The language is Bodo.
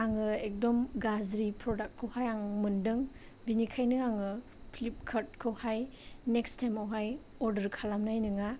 आङो एकदम गाज्रि प्रदाकखौहाय आं मोन्दों बेनिखाइनो आङो फ्लिपखार्दखौहाय नेक्स थाइमावहाय अरदार खालामनाय नोङा